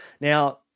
now